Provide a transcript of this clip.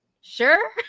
sure